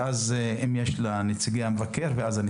ואז אם נציגי משרד מבקר המדינה ירצו להתייחס,